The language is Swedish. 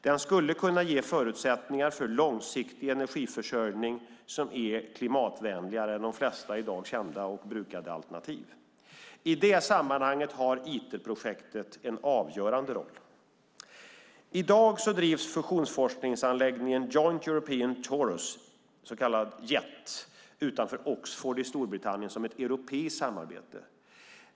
Den skulle kunna ge förutsättningar för långsiktig energiförsörjning som är klimatvänligare än de flesta i dag kända och brukade alternativ. I det sammanhanget har Iterprojektet en avgörande roll. I dag drivs fusionsforskningsanläggningen Joint European Torus, den så kallade Jet, utanför Oxford i Storbritannien som ett europeiskt samarbete.